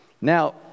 Now